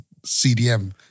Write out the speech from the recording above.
CDM